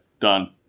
Done